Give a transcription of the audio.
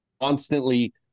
constantly